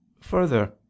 further